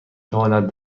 تواند